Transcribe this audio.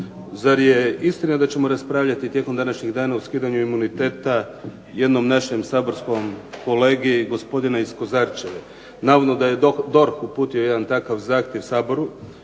zar je istina da ćemo raspravljati tijekom današnjeg dana o skidanju imuniteta jednom našem saborskom kolegi, gospodina iz Kozarčeve. Navodno da je DORH uputio jedan takav zahtjev Saboru